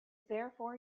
therefore